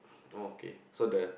don't okay so the